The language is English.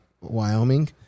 wyoming